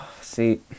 See